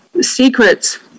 secrets